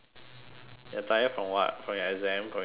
you're tired from what from your exam from your studies